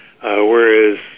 Whereas